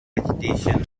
vegetation